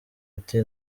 ati